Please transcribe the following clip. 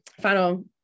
final